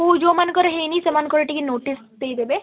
ହଉ ଯେଉଁମାନଙ୍କର ହେଇନି ସେମାନଙ୍କର ଟିକେ ନୋଟିସ୍ ଦେଇଦେବେ